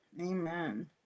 amen